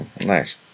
Nice